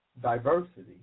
diversity